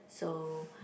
so